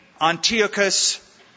Antiochus